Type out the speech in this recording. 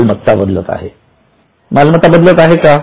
मालमत्ता बदलत आहे का